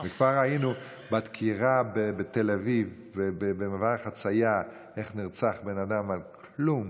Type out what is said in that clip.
כבר ראינו בדקירות בתל אביב ובמעבר החציה איך נרצח בן אדם על כלום.